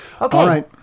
Okay